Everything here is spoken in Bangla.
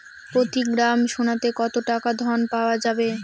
প্রতি গ্রাম সোনাতে কত টাকা ঋণ পাওয়া যাবে?